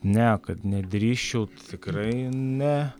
ne kad nedrįsčiau tikrai ne